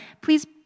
please